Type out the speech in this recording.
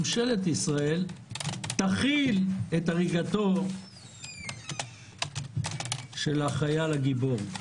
ממשלת ישראל תכיל את הריגתו של החייל הגיבור.